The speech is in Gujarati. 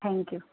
thank you